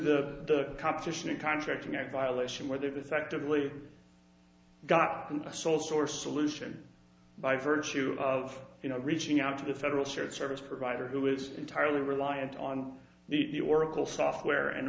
the competition and contracting out violation where there perspectively got a sole source solution by virtue of you know reaching out to the federal cert service provider who is entirely reliant on the oracle software and